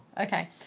Okay